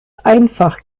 einfach